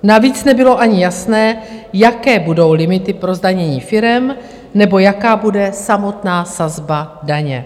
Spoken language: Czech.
Navíc nebylo ani jasné, jaké budou limity pro zdanění firem nebo jaká bude samotná sazba daně.